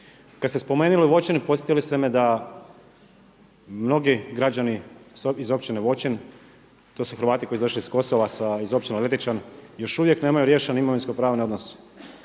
Kada ste spomenuli Voćin, podsjetili ste me da mnogi građani iz općine Voćin to su Hrvati koji su došli iz Kosova iz općine Letičan, još uvijek nemaju riješene imovinsko pravne odnose.